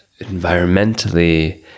environmentally